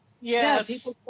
Yes